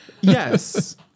Yes